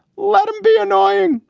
let him be annoying.